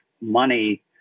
money